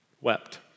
wept